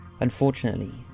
Unfortunately